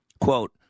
Quote